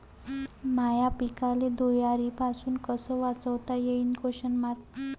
माह्या पिकाले धुयारीपासुन कस वाचवता येईन?